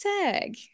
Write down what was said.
tag